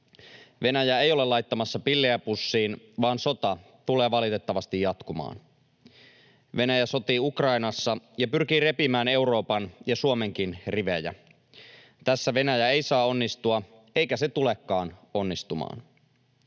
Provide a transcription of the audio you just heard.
Venäjä ei ole laittamassa pillejä pussiin, vaan sota tulee valitettavasti jatkumaan. Venäjä sotii Ukrainassa ja pyrkii repimään Euroopan ja Suomenkin rivejä. Tässä Venäjä ei saa onnistua, eikä se tulekaan onnistumaan.